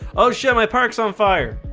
oh shit my parks on fire.